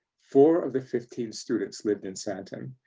four of the fifteen students lived in sandton.